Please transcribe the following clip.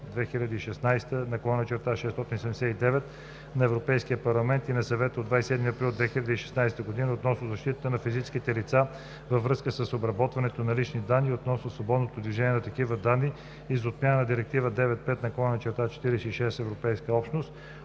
2016/679 на Европейския парламент и на Съвета от 27 април 2016 година относно защитата на физическите лица във връзка с обработването на лични данни и относно свободното движение на такива данни и за отмяна на Директива 95/46/EО (Общ регламент относно